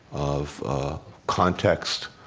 of context,